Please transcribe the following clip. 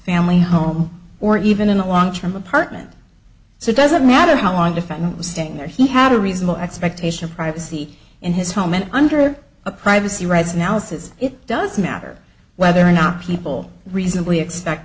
family home or even in a longterm apartment so it doesn't matter how long defendant was staying there he had a reasonable expectation of privacy in his home and under a privacy rights now says it doesn't matter whether or not people reasonably expect